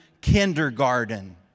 kindergarten